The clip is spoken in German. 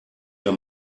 der